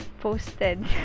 posted